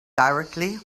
directly